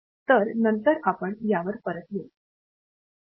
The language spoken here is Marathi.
तर नंतर आपण यावर परत येऊ